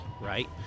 right